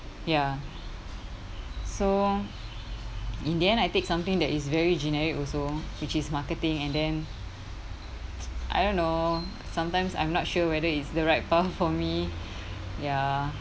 ya so in the end I take something that is very generic also which is marketing and then I don't know sometimes I'm not sure whether it's the right path for me ya